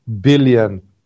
billion